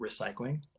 recycling